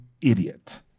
idiot